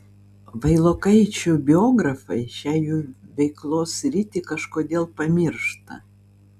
vailokaičių biografai šią jų veiklos sritį kažkodėl pamiršta